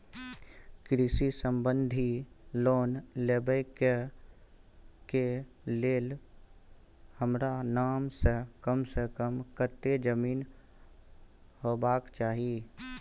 कृषि संबंधी लोन लेबै के के लेल हमरा नाम से कम से कम कत्ते जमीन होबाक चाही?